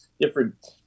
different